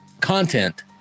content